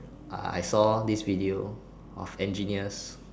I saw this video of engineers